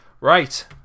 Right